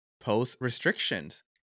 post-restrictions